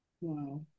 Wow